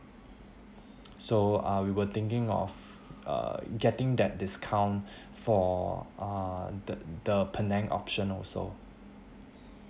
so uh we were thinking of uh getting that discount for uh the the penang option also